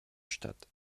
statt